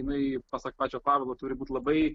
jinai pasak pačio pavelo turi būt labai